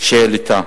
שהיא העלתה.